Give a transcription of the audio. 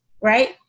Right